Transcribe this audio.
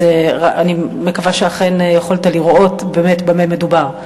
אז אני מקווה שאכן יכולת לראות באמת במה מדובר.